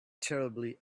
terribly